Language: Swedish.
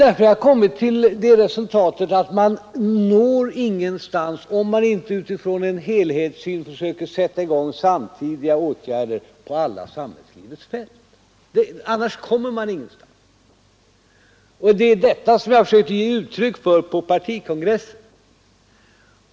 Därför har jag kommit till det resultatet att man når ingenstans, om man inte utifrån en helhetssyn försöker sätta i gång samtidiga åtgärder på alla samhällslivets fält. Det är detta jag försökte ge uttryck åt på partikongressen.